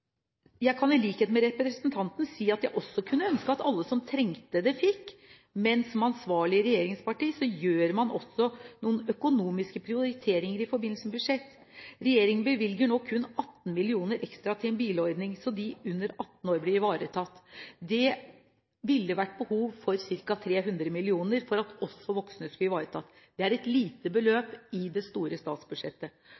kan jeg, i likhet med representanten, si at jeg kunne også ønske at alle som trengte det, fikk. Men som et ansvarlig regjeringsparti gjør man også noen økonomiske prioriteringer i forbindelse med budsjettet.» Regjeringen bevilger nå kun 18 mill. kr ekstra til en bilordning, slik at de under 18 år blir ivaretatt. Det ville vært behov for ca. 300 mill. kr for at også voksne skulle bli ivaretatt. Det er et lite